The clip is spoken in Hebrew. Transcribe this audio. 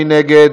מי נגד.